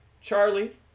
Charlie